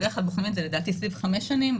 בדרך כלל בוחנים את זה סביב 5 שנים,